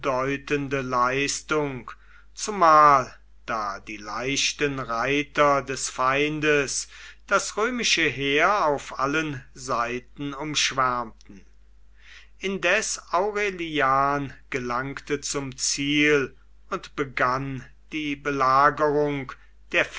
leistung zumal da die leichten reiter des feindes das römische heer auf allen seiten umschwärmten indes aurelian gelangte zum ziel und begann die belagerung der